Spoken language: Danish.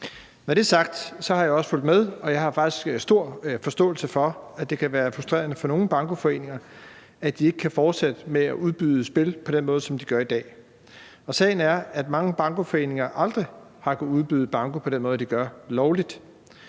det er sagt, har jeg også fulgt med, og jeg har faktisk stor forståelse for, at det kan være frustrerende for nogle bankoforeninger, at de ikke kan fortsætte med at udbyde spil på den måde, som de gør i dag. Sagen er, at mange bankoforeninger aldrig har kunnet udbyde banko på den måde, de gør, lovligt,